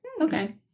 Okay